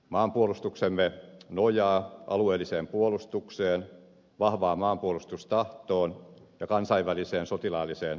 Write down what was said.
maanpuolustuksemme nojaa alueelliseen puolustukseen vahvaan maanpuolustustahtoon ja kansainväliseen sotilaalliseen yhteistyöhön